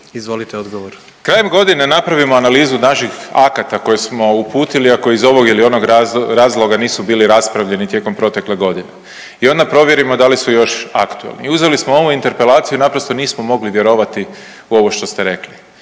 Peđa (SDP)** Krajem godine napravimo analizu naših akata koje smo uputili, a koji iz ovog ili onog razloga nisu bili raspravljeni tijekom protekle godine. I onda provjerimo da li su još aktualni. I uzeli smo ovu interpelaciju i naprosto nismo mogli vjerovati u ovo što ste rekli.